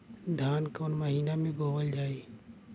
धान कवन महिना में बोवल जाई?